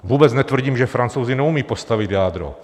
Vůbec netvrdím, že Francouzi neumí postavit jádro.